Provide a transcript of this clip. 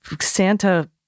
Santa